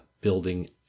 building